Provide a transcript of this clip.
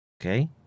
okay